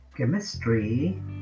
Chemistry